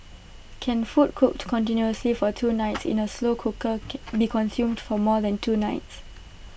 can food cooked continuously for two nights in A slow cooker be consumed for more than two nights